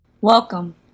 welcome